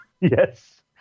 Yes